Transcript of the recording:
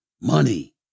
Money